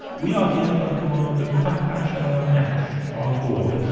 we are here by command of fakrash-el-aamash, our lord,